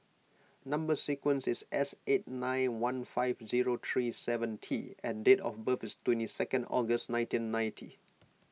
Number Sequence is S eight nine one five zero three seven T and date of birth is twenty second August nineteen ninety